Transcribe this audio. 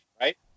right